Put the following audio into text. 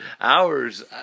hours